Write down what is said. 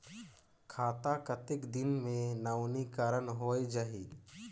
खाता कतेक दिन मे नवीनीकरण होए जाहि??